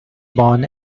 born